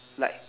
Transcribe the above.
like